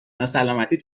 ناسلامتی